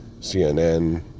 CNN